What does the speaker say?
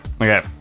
Okay